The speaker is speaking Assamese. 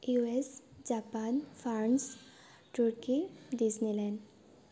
US Japan France Turkey Disneyland